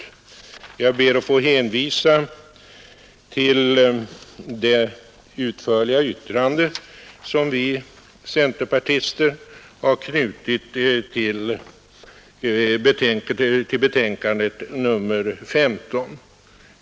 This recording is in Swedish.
Jag ber att få hänvisa till det utförliga yttrande som vi centerpartister har knutit till betänkandet nr 15.